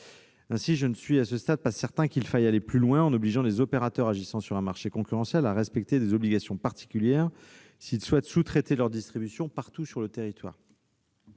Je ne suis pas certain, à ce stade, qu'il faille aller plus loin, en obligeant les opérateurs agissant sur un marché concurrentiel à respecter des obligations particulières s'ils souhaitent sous-traiter leur distribution partout sur le territoire.